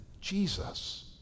Jesus